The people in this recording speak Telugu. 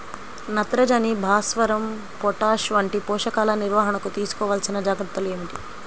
నత్రజని, భాస్వరం, పొటాష్ వంటి పోషకాల నిర్వహణకు తీసుకోవలసిన జాగ్రత్తలు ఏమిటీ?